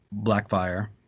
Blackfire